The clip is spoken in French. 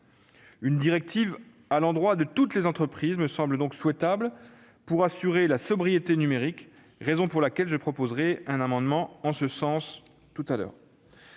Une directive à l'endroit de toutes les entreprises me semble donc souhaitable pour assurer la sobriété numérique, raison pour laquelle je proposerai un amendement en ce sens. Toujours